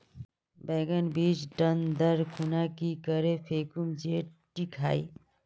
बैगन बीज टन दर खुना की करे फेकुम जे टिक हाई?